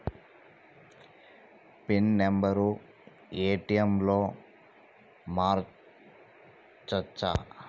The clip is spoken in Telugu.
పిన్ నెంబరు ఏ.టి.ఎమ్ లో మార్చచ్చా?